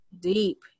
deep